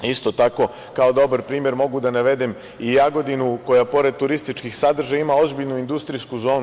Isto tako, kao dobar primer mogu da navedem i Jagodinu koja pored turističkih sadržaja ima ozbiljnu industrijsku zonu.